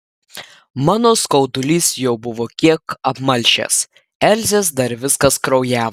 mano skaudulys jau buvo kiek apmalšęs elzės dar viskas kraujavo